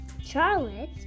Charlotte